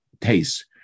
taste